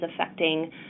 affecting